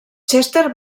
chester